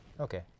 Okay